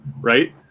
Right